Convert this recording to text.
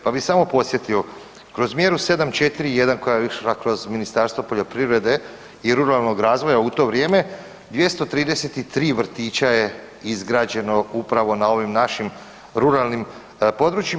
Pa bih samo podsjetio, kroz mjeru 741 koja je išla kroz Ministarstvo poljoprivrede i ruralnog razvoja u to vrijeme 233 vrtića je izgrađeno upravo na ovim našim ruralnim područjima.